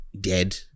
dead